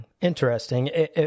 interesting